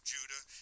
Judah